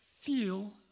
feel